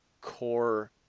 core